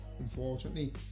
Unfortunately